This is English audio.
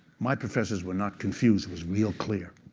my professors were not confused. it was real clear.